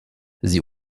sie